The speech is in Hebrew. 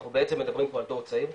אנחנו בעצם מדברים פה על דור צעיר,